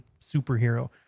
superhero